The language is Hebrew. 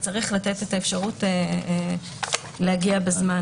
צריך לתת את האפשרות להגיע בזמן.